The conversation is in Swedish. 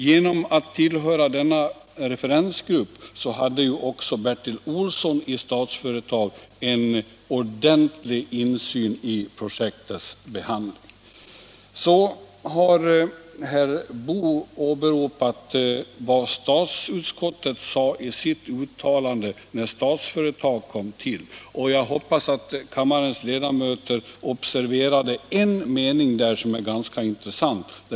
Genom att tillhöra denna referensgrupp hade också Bertil Olsson i Statsföretag en ordentlig insyn i projektets handläggning. Herr Boo åberopade vad statsutskottet uttalade då Statsföretag kom till. Jag hoppas att kammarens ledamöter observerade en mening där som är ganska intressant.